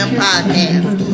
podcast